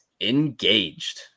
engaged